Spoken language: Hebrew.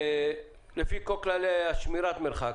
ולפי כל כללי שמירת מרחק